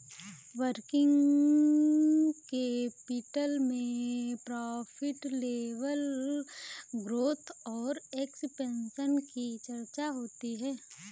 working capital में profit level growth और expansion की चर्चा होती है